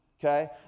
Okay